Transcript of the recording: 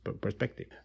perspective